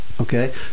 Okay